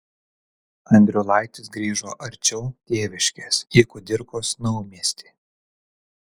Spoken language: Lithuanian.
andriulaitis grįžo arčiau tėviškės į kudirkos naumiestį